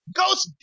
Ghost